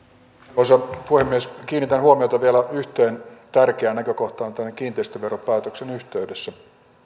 arvoisa puhemies kiinnitän huomiota vielä yhteen tärkeään näkökohtaan tämän kiinteistöveropäätöksen yhteydessä